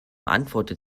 antwortet